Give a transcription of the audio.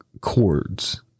chords